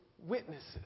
Witnesses